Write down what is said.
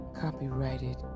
copyrighted